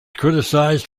criticised